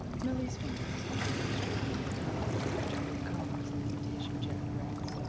millie's fingers were busy straightening the contents of a tray of combs and imitation jet barrettes.